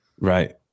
Right